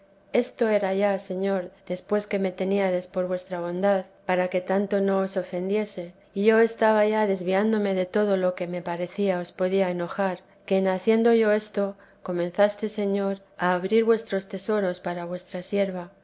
esto era ya señor después que me teníades por vuestra bondad para que tanto no os ofendiese y yo estaba ya desviándome de todo lo que me parecía os podía enojar que en haciendo yo esto comenzaste señor a abrir vuestros tesoros para vuestra sierva